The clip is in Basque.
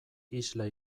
isla